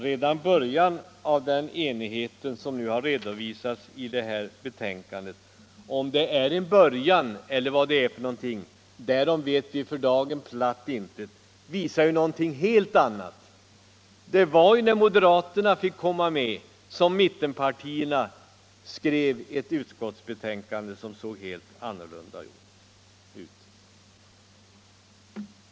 Redan början av den enigheten, som nu har redovisats i det här betänkandet - om det nu är en början; därom vet vi för dagen platt intet —- visar någonting helt annat. Det var när moderaterna fick komma med som mittenpartierna skrev ett utskottsbetänkande som såg ut som det nu gör.